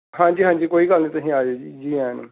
ਹਾਂਜੀ ਹਾਂਜੀ ਕੋਈ ਗੱਲ ਨਹੀਂ ਤੁਸੀਂ ਆ ਜਿਓ ਜੀ ਜੀ ਆਇਆਂ ਨੂੰ